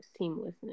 seamlessness